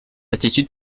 attitude